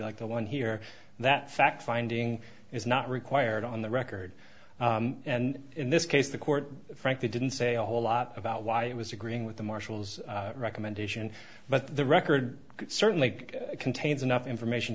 like the one here that fact finding is not required on the record and in this case the court frankly didn't say a whole lot about why it was agreeing with the marshals recommendation but the record certainly contains enough information